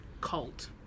cult